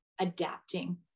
adapting